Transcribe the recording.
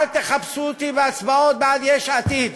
אל תחפשו אותי בהצבעות בעד יש עתיד.